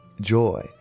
joy